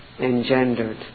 engendered